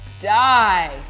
die